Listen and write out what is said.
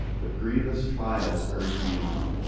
but grievous trials urge me on.